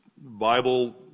Bible